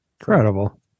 Incredible